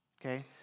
Okay